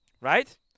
Right